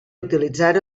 utilitzar